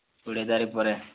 କୁଡ଼ିଏ ତାରିଖ୍ ପରେ